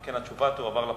על כן התשובה תועבר לפרוטוקול.